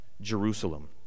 Jerusalem